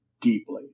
deeply